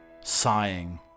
sighing